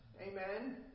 Amen